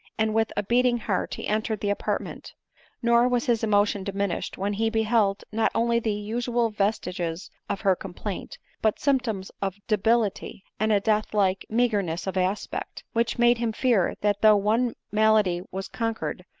and with a beating heart he entered the apartment nor was his emotion diminished when he beheld not only the usual vestiges of her complaint, but symptoms of debility, and a death-like meagerness of aspect, which made him fear that though one malady was conquered,